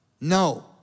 No